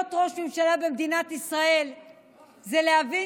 להיות ראש ממשלה במדינת ישראל זה להבין